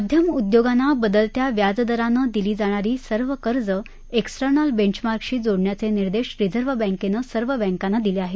मध्यम उद्योगांना बदलत्या व्याजदरानं दिली जाणारी सर्व कर्ज एक्सटर्नल बेंचमार्कशी जोडण्याचे निर्देश रिझर्व्ह बँकेनं सर्व बैंकांना दिले आहेत